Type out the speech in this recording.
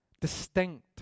distinct